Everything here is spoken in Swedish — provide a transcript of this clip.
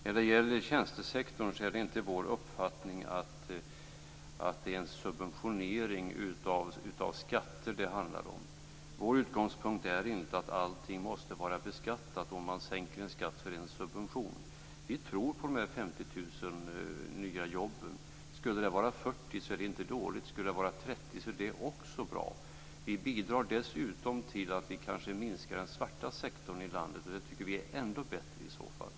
När det gäller tjänstesektorn är det inte vår uppfattning att det handlar om en subventionering av skatter. Vår utgångspunkt är inte att allting måste vara beskattat och att det om man sänker en skatt är en subvention. Vi tror på de 50 000 nya jobben. Skulle det vara 40 000 nya jobb så är det inte dåligt, och skulle det vara 30 000 nya jobb så är det också bra. Dessutom bidrar vi kanske till att den svarta sektorn i landet minskas. I så fall tycker vi att det här är ännu bättre.